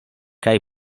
kaj